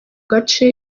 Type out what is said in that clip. gace